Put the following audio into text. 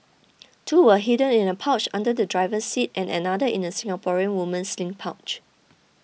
two were hidden in a pouch under the driver's seat and another in a Singaporean woman's sling pouch